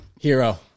Hero